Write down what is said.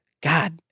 God